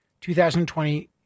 2020